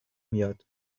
میاد